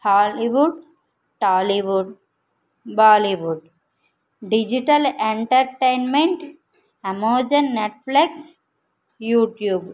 Hollywood Tollywood Bollywood digital entertainment Amazon Netflix YouTube